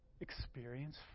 experience